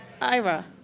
Ira